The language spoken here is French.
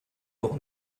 pour